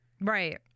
Right